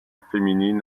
féminine